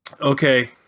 okay